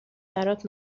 برات